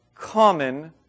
common